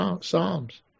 Psalms